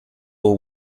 war